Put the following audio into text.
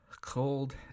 cold